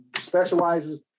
specializes